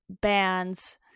bands